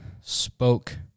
spoke